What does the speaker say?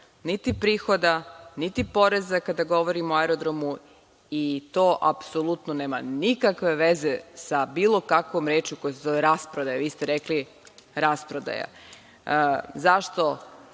niti prihoda, niti poreza, kada govorimo o aerodromu, i to apsolutno nema nikakve veze sa bilo kakvom rečju koja se zove rasprodaja. Vi ste rekli rasprodaja.Zašto